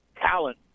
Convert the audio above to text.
talent